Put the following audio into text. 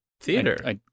theater